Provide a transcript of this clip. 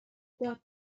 داد